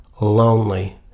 lonely